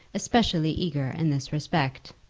especially eager in this respect.